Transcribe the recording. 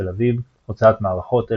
תל אביב הוצאת מערכות,